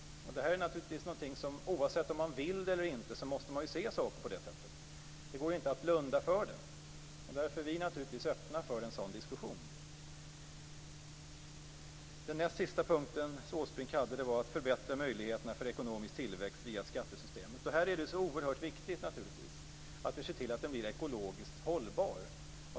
Oavsett om man vill det eller inte, måste man se saker på det sättet. Det går inte att blunda för det. Därför är vi naturligtvis öppna för en sådan diskussion. Den näst sista punkten Åsbrink tar upp är att förbättra möjligheterna för ekonomisk tillväxt via skattesystemet. Här är det så oerhört viktigt att vi ser till att den blir ekologiskt hållbar.